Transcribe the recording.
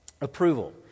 Approval